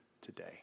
today